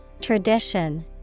tradition